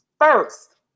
First